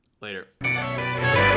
Later